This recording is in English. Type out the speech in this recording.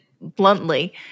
bluntly